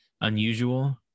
unusual